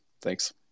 Thanks